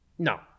No